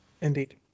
Indeed